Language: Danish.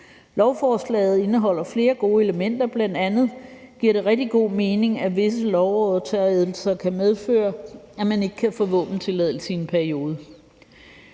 Lovforslaget indeholder flere gode elementer. Bl.a. giver det rigtig god mening, at visse lovovertrædelser kan medføre, at man ikke kan få våbentilladelse i en periode.